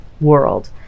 world